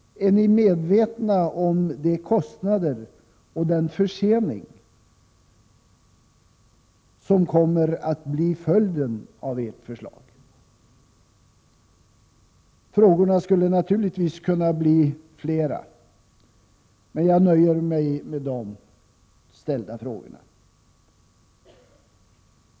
Är ni medvetna om de kostnader och den försening som kommer att bli följden av ert förslag? Frågorna skulle naturligtvis kunna bli flera, men jag nöjer mig med dessa.